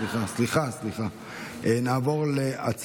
לסגנית מזכיר הכנסת, בבקשה.